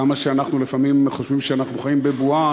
כמה שאנחנו לפעמים חושבים שאנחנו חיים בבועה,